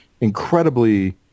incredibly